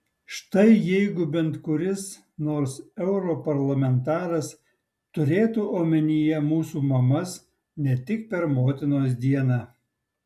štai jeigu bent kuris nors europarlamentaras turėtų omenyje mūsų mamas ne tik per motinos dieną